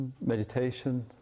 meditation